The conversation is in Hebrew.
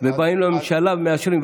באים לממשלה ומאשרים.